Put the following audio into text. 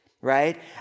right